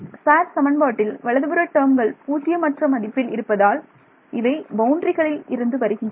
sparse சமன்பாட்டில் வலதுபுற டேர்ம்கள் பூஜ்ஜியம் அற்ற மதிப்பில் இருப்பதால் இவை பவுண்டரிகளில் இருந்து வருகின்றன